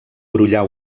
brollar